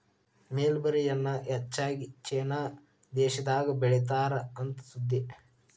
mulberry ಎನ್ನಾ ಹೆಚ್ಚಾಗಿ ಚೇನಾ ದೇಶದಾಗ ಬೇಳಿತಾರ ಅಂತ ಸುದ್ದಿ